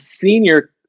senior